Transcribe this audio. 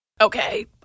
Okay